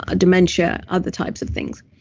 ah dementia, other types of things.